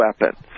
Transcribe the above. weapons